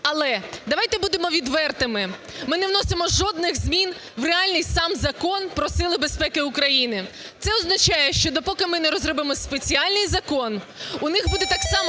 Але давайте будемо відвертими. Ми не вносимо жодних змін в реальний сам закон про сили безпеки України. Це означає, що допоки ми не розробимо спеціальний закон, у них буде так само